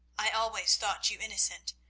i always thought you innocent,